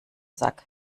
sack